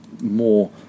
more